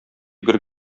гөр